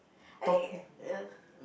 I think err